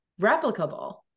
replicable